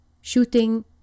shooting